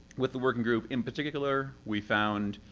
with the working group in particular, we found